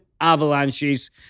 avalanches